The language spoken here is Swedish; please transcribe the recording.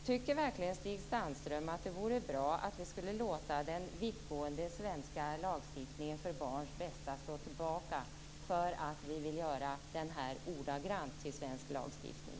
Tycker verkligen Stig Sandström att det vore bra om vi lät den vittgående svenska lagstiftningen för barns bästa stå tillbaka för att vi ordagrant vill göra konventionen till svensk lagstiftning?